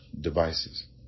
devices